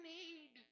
need